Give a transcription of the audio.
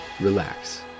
relax